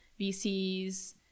vcs